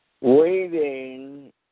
waiting